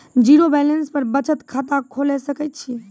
Zero balance पर बचत खाता खोले सकय छियै?